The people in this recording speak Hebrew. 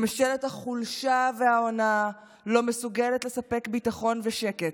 ממשלת החולשה וההונאה לא מסוגלת לספק ביטחון ושקט.